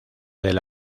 del